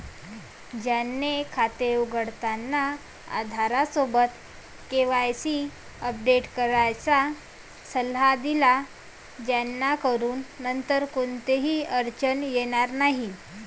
जयने खाते उघडताना आधारसोबत केवायसी अपडेट करण्याचा सल्ला दिला जेणेकरून नंतर कोणतीही अडचण येणार नाही